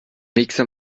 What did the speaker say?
mixer